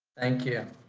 thank you.